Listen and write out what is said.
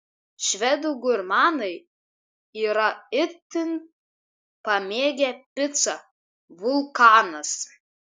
švedų gurmanai yra itin pamėgę picą vulkanas